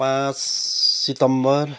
पाँच सेप्टेम्बर